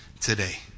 today